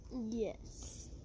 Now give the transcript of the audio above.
Yes